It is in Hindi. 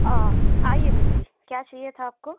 आइए बहन जी क्या चाहिए था आपको